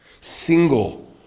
single